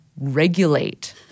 regulate